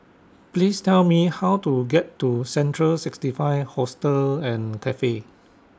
Please Tell Me How to get to Central sixty five Hostel and Cafe